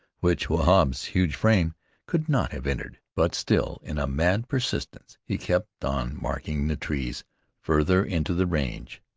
which wahb's huge frame could not have entered. but still, in a mad persistence, he kept on marking the trees farther into the range.